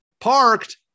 parked